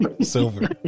Silver